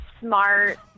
smart